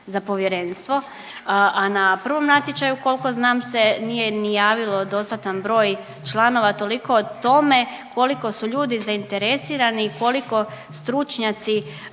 za povjerenstvo, a na prvom natječaju koliko znam se nije ni javilo dostatan broj članova. Toliko o tome koliko su ljudi zainteresirani i koliko stručnjaci